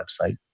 website